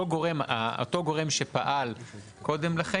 אותו גרום שפעם קודם לכן,